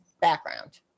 background